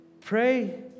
pray